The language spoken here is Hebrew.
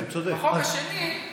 זה החוק השני.